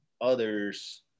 others